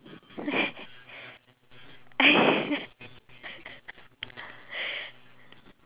do you think that maybe we should I feel like maybe we should actually spend more time with